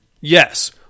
Yes